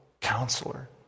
Counselor